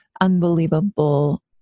unbelievable